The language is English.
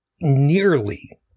nearly—